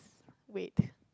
wait